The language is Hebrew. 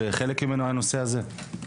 שחלק ממנו היה על הנושא הזה,